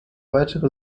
weitere